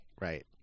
Right